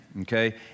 okay